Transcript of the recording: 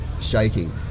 shaking